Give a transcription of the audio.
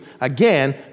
again